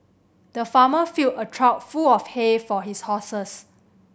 the farmer filled a trough full of hay for his horses